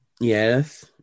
Yes